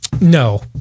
No